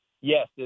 yes